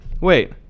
Wait